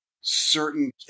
certain